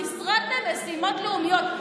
המשרד למשימות לאומיות.